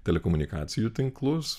telekomunikacijų tinklus